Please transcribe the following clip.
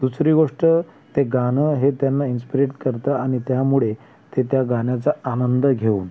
दुसरी गोष्ट ते गाणं हे त्यांना इन्स्पिरेट करतं आणि त्यामुळे ते त्या गाण्याचा आनंद घेऊन